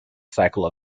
cycle